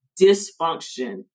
dysfunction